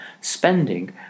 spending